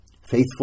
Faithful